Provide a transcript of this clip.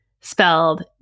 spelled